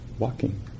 walking